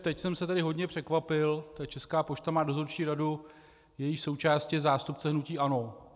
Teď jsem se tedy hodně překvapil, protože Česká pošta má dozorčí radu, jejíž součástí je zástupce hnutí ANO.